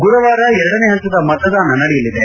ಗುರುವಾರ ಎರಡನೇ ಹಂತದ ಮತದಾನ ನಡೆಯಲಿದೆ